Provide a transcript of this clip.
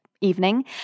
evening